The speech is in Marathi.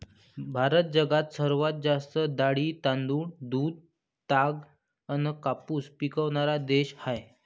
भारत जगात सर्वात जास्त डाळी, तांदूळ, दूध, ताग अन कापूस पिकवनारा देश हाय